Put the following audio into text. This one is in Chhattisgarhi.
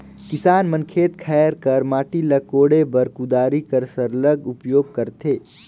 किसान मन खेत खाएर कर माटी ल कोड़े बर कुदारी कर सरलग उपियोग करथे